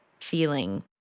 feeling